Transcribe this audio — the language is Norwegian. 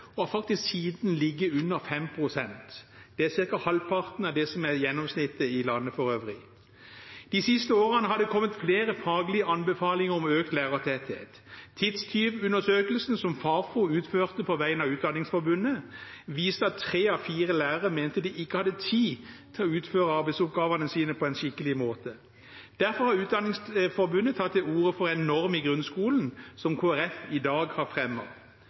og har faktisk siden ligget på under 5 pst. Det er ca. halvparten av gjennomsnittet i landet for øvrig. De siste årene har det kommet flere faglige anbefalinger om økt lærertetthet. Tidstyvundersøkelsen, som Fafo utførte på vegne av Utdanningsforbundet, viste at tre av fire lærere mente de ikke hadde tid til å utføre arbeidsoppgavene sine på en skikkelig måte. Derfor har Utdanningsforbundet tatt til orde for en norm i grunnskolen som Kristelig Folkeparti i dag har